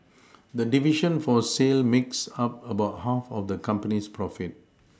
the division for sale makes up about half of the company's profit